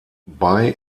bei